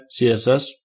CSS